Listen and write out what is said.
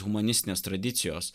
humanistinės tradicijos